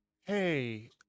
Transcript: hey